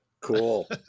Cool